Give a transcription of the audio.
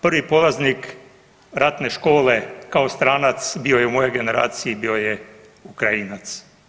Prvi polaznik ratne škole kao stranac bio je u mojoj generaciji, bio je Ukrajinac.